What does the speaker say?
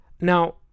Now